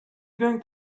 going